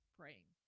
praying